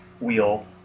wheel